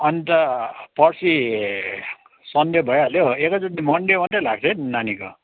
अनि त पर्सि सन्डे भइहाल्यो एकैचोटि मन्डे मात्रै लाग्छ है नानीको